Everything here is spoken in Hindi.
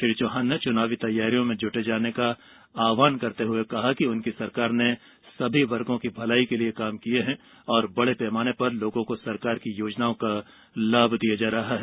श्री चौहान ने चुनावी तैयारियों में जुट जाने का आहवान करते हुए कहा कि उनकी सरकार ने सभी वर्गों की भलाई के लिए काम किये हैं और बड़े पैमाने पर लोगों को सरकार की योजनाओं का लाभ दिया जा रहा है